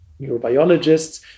neurobiologists